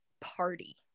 party